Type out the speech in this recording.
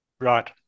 Right